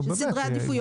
זה סדרי עדיפויות.